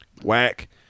Whack